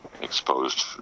exposed